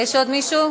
יש עוד מישהו?